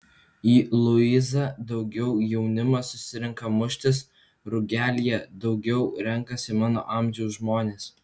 į luizą daugiau jaunimas susirenka muštis rugelyje daugiau renkasi mano amžiaus žmonės